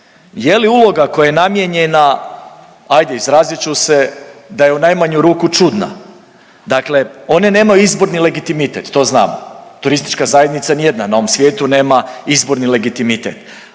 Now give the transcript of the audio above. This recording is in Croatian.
Je li uloga koja je namijenjena, ajde izrazit ću se da je u najmanju ruku čudna. Dakle, one nemaju izborni legitimitet to znamo. Turistička zajednica nijedna na ovom svijetu nema izborni legitimitet,